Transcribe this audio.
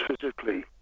physically